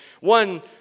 one